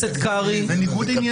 זה ניגוד עניינים.